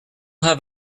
have